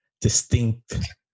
distinct